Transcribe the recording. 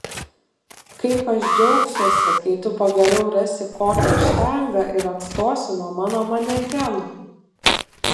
kaip aš džiaugsiuosi kai tu pagaliau rasi kokią štangą ir atstosi nuo mano manekeno